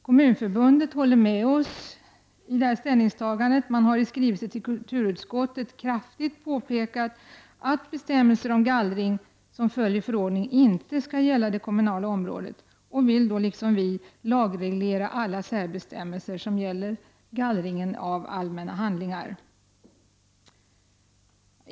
Kommunförbundet håller med oss i detta ställningstagande. Man har i skrivelser till kulturutskottet kraftfullt påpekat att bestämmelser om gallring som följer av förordning inte skall gälla det kommunala området och vill liksom vi lagreglera alla särbestämmelser som gäller gallringen av allmänna handlingar.